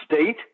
state